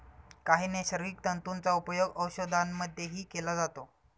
काही नैसर्गिक तंतूंचा उपयोग औषधांमध्येही केला जातो